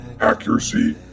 accuracy